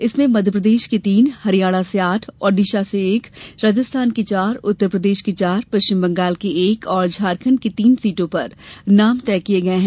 इसमें मध्यप्रदेश की तीन हरियाणा से आठ ओडिसा से एक राजस्थान की चार उत्तरप्रदेश की चार पश्चिम बंगाल की एक और झारखंड की तीन सीटों पर नाम तय किये गये है